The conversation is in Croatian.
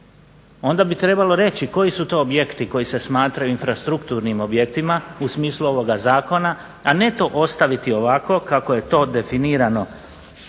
onda bi trebalo reći koji su to objekti koji se smatraju infrastrukturnim objektima u smislu ovoga zakona,a ne to ostaviti ovako kako je to definirano